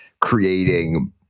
creating